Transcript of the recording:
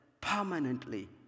permanently